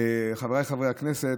חבריי חברי הכנסת,